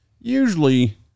usually